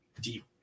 deep